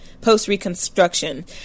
post-Reconstruction